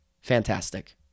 Fantastic